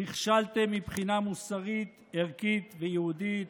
נכשלתם מבחינה מוסרית, ערכית ויהודית.